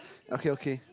okay okay